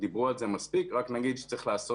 דיברו על זה מספיק ורק נאמר שצריך לעשות